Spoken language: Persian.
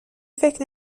فکر